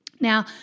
Now